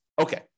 Okay